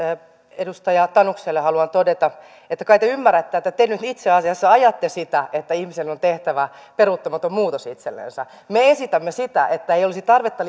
edustaja tanukselle haluan todeta että kai te ymmärrätte että te nyt itse asiassa ajatte sitä että ihmisen on tehtävä peruuttamaton muutos itsellensä me esitämme sitä että ei olisi tarvetta